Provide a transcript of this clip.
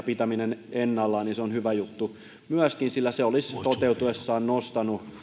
pitäminen ennallaan on hyvä juttu myöskin sillä se olisi toteutuessaan nostanut